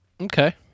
Okay